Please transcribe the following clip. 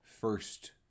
first